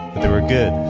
they were good.